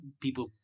people